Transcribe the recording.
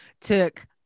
took